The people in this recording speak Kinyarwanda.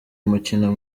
umukino